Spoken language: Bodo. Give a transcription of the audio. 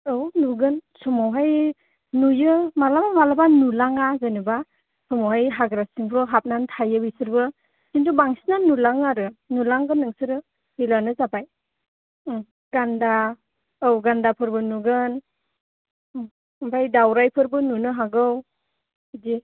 औ नुगोन समावहाय नुयो माब्लाबा माब्लाबा नुलाङा जेन'बा समावहाय हाग्रा सिंफ्राव हाबनानै थायो बिसोरबो खिन्थु बांसिनानो नुलाङो आरो नुलांगोन नोंसोरो फैलानो जाबाय गान्दा औ गान्दाफोरबो नुगोन ओमफ्राय दावराइफोरबो नुनो हागौ बिदि